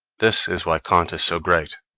this is why kant is so great.